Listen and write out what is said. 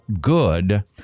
good